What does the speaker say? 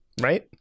Right